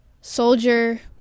soldier